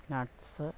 nuts